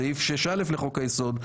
סעיף 6(א) לחוק היסוד,